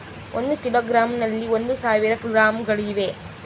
ಒಂದು ಕಿಲೋಗ್ರಾಂ ನಲ್ಲಿ ಒಂದು ಸಾವಿರ ಗ್ರಾಂಗಳಿವೆ